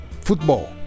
Football